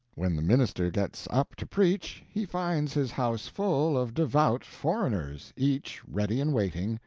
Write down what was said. when the minister gets up to preach, he finds his house full of devout foreigners, each ready and waiting,